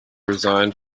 resigned